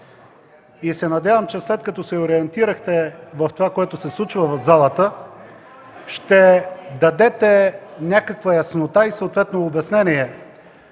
и се надявам, че след като се ориентирахте в това, което се случва в залата, ще дадете някаква яснота и съответно обяснение